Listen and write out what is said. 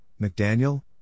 McDaniel